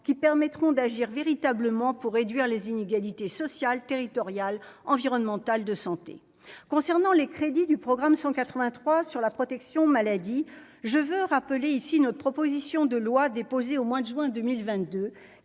qui permettront d'agir véritablement pour réduire les inégalités sociales, territoriales environnementales, de santé concernant les crédits du programme 183 sur la protection maladie je veux rappeler ici, notre proposition de loi déposée au mois de juin 2022,